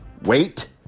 Wait